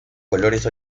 colores